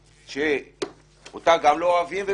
הציבור.